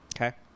Okay